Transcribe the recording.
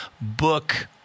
book